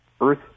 Earth